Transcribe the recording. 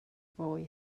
boy